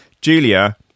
Julia